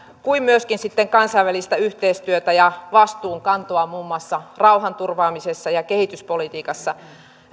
kuin myöskin kansainvälistä yhteistyötä ja vastuunkantoa muun muassa rauhanturvaamisessa ja kehityspolitiikassa